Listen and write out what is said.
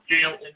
jail